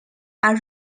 are